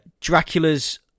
Dracula's